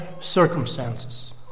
circumstances